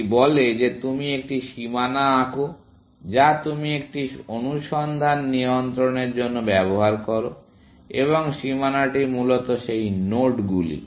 এটি বলে যে তুমি একটি সীমানা আঁকো যা তুমি একটি অনুসন্ধান নিয়ন্ত্রণের জন্য ব্যবহার করো এবং সীমানাটি মূলত সেই নোডগুলি